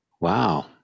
Wow